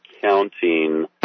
counting